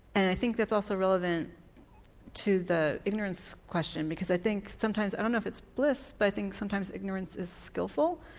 and i think that's also relevant to the ignorance question, because i think sometimes i don't know if it's bliss but i think sometimes ignorance is skilful,